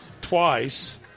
twice